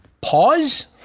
pause